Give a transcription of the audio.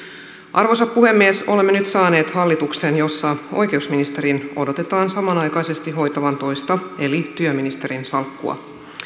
arvoisa puhemies olemme nyt saaneet hallituksen jossa oikeusministerin odotetaan samanaikaisesti hoitavan toista työministerin salkkua